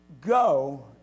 Go